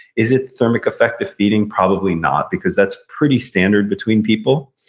is it the thermic effect of feeding? probably not, because that's pretty standard between people.